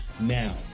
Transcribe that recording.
now